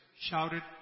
shouted